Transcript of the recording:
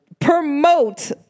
Promote